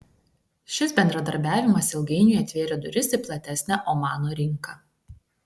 šis bendradarbiavimas ilgainiui atvėrė duris į platesnę omano rinką